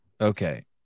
Okay